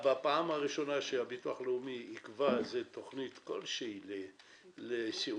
בפעם הראשונה שהביטוח הלאומי יקבע תוכנית כלשהי לסיעודי,